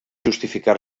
justificar